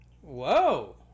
Whoa